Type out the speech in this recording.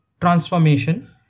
transformation